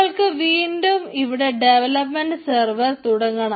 നമ്മൾക്ക് വീണ്ടും ഇവിടെ ഡെവലപ്മെൻറ് സെർവർ തുടങ്ങണം